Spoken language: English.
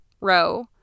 row